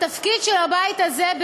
התפקיד של הבית הזה,